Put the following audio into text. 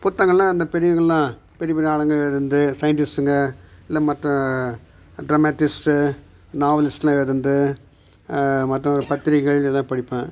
புத்தகங்கள்னா அந்த பிரிவுகள்லாம் பெரிய பெரிய ஆளுங்க எழுதுனது சயின்டிஸ்டுங்க இல்லை மற்ற ட்ராமாட்டிஸ்ட்டு நாவலிஸ்ட்லாம் எழுதினது மற்ற ஒரு பத்திரிகைகள் இதான் படிப்பேன்